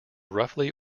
roughly